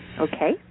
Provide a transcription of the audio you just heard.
Okay